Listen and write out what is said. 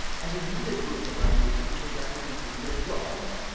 and they needed good pronunciation because that would improve their jobs.